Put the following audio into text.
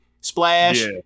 splash